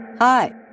Hi